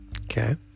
okay